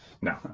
No